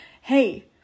hey